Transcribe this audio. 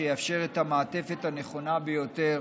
שיאפשר את המעטפת הנכונה ביותר